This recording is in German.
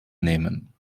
nehmen